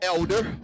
Elder